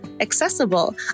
accessible